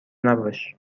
نباش